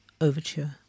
Overture